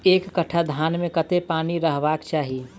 एक कट्ठा धान मे कत्ते पानि रहबाक चाहि?